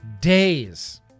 days